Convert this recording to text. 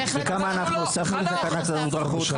וכמה אנחנו הוספנו לתקנת המודרכות?